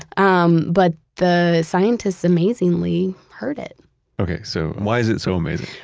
um but the scientists amazingly heard it okay so, why is it so amazing?